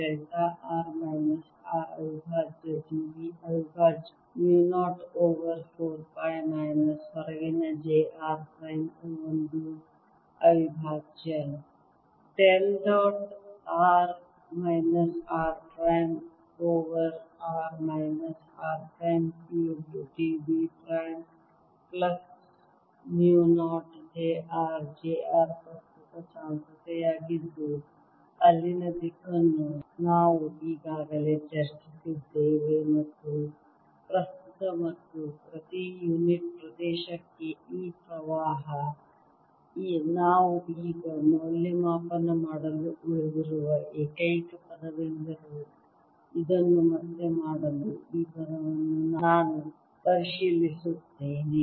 delta r minus r ಅವಿಭಾಜ್ಯ d v ಅವಿಭಾಜ್ಯವು mu 0 over 4 pi minus ಹೊರಗಿನ j r prime ಒಂದು ಅವಿಭಾಜ್ಯ ಸಮಯ ನೋಡಿ 1539 dot del r minus r prime over r minus r prime cubed d v prime plus mu 0 jr jr ಪ್ರಸ್ತುತ ಸಾಂದ್ರತೆಯಾಗಿದ್ದು ಅಲ್ಲಿನ ದಿಕ್ಕನ್ನು ನಾವು ಈಗಾಗಲೇ ಚರ್ಚಿಸಿದ್ದೇವೆ ಮತ್ತು ಪ್ರಸ್ತುತ ಮತ್ತು ಪ್ರತಿ ಯುನಿಟ್ ಪ್ರದೇಶಕ್ಕೆ ಈ ಪ್ರವಾಹ ನಾವು ಈಗ ಮೌಲ್ಯಮಾಪನ ಮಾಡಲು ಉಳಿದಿರುವ ಏಕೈಕ ಪದವೆಂದರೆ ಇದನ್ನು ಮತ್ತೆ ಮಾಡಲು ಈ ಪದವನ್ನು ನಾನು ಪರಿಶೀಲಿಸುತ್ತೇನೆ